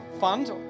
fund